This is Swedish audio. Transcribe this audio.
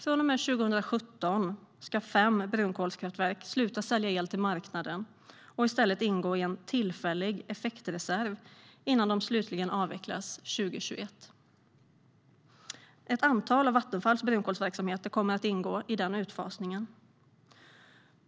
Från och med 2017 ska fem brunkolskraftverk sluta sälja el till marknaden och i stället ingå i en tillfällig effektreserv innan de slutligen avvecklas 2021. Ett antal av Vattenfalls brunkolsverksamheter kommer att ingå i den utfasningen.